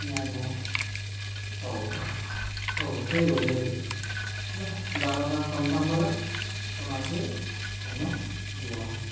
ନାଇଁ ନାଇଁ ହଉ ହଉ ହଉ ଠିକ୍ ଅଛେ ହେଲା ବାର ଟଙ୍କା କନ୍ଫର୍ମ୍ ହେଲା ଆପଣ୍ ଆସ୍ବେ ଆମେ ଯିମୁ